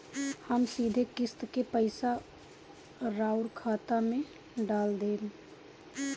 हम सीधे किस्त के पइसा राउर खाता में डाल देम?